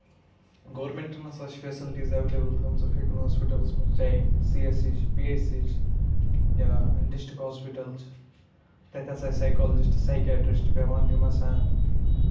گورمینٹَن ہسا چھِ فیسَلٹیٖز ایٚولیبٕل تھٲمژٕ فی کُنہِ ہاسپِٹلَس منٛز چاہے سی ایٚس سی چھُ پی ایٚچ سی چھُ یا ڈِسٹرکٹ ہاسپِٹل چھُ تَتہِ ہسا چھِ سایٚکالجِسٹ سیٚکیٹرسٹہٕ بِیٚہوان یِم ہسا